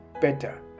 better